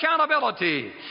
accountability